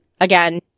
again